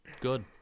Good